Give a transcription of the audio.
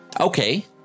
Okay